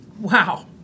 Wow